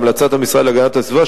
בהמלצת המשרד להגנת הסביבה,